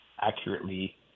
accurately